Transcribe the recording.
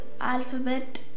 alphabet